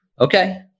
Okay